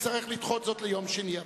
נצטרך לדחות זאת ליום שני הבא.